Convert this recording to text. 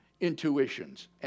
intuitions